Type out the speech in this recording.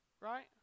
right